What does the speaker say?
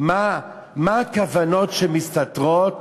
מה הכוונות שמסתתרות